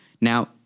now